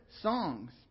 songs